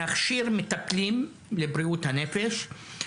להכשיר מטפלים לבריאות הנפש.